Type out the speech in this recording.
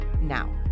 Now